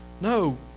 No